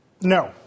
No